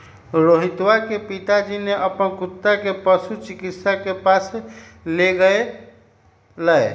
रोहितवा के पिताजी ने अपन कुत्ता के पशु चिकित्सक के पास लेगय लय